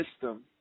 system